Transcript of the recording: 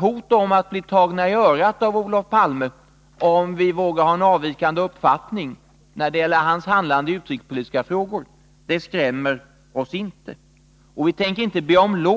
Hot om att bli tagna i örat av Olof Palme om vi vågar ha en avvikande uppfattning när det gäller hans handlande i utrikespolitiska frågor skrämmer oss inte. Vi tänker inte heller be Olof Palme